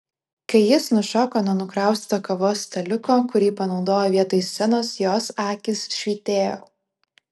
kai jis nušoko nuo nukraustyto kavos staliuko kurį panaudojo vietoj scenos jos akys švytėjo